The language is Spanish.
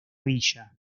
villa